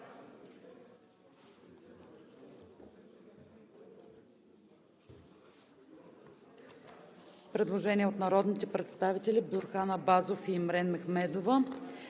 предложение от народните представители Бюрхан Абазов и Имрен Мехмедова.